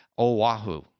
oahu